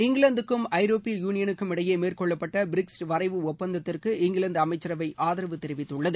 இங்கிலாந்துக்கும் ஐரோப்பிய யூளியனுக்கும் இடையே மேற்கொள்ளப்பட்ட பிரெக்சிட் வரைவு ஒப்பந்தத்திற்கு இங்கிலாந்து அமைச்சரவை ஆதரவு தெரிவித்துள்ளது